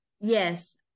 Yes